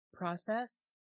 process